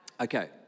Okay